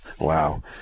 wow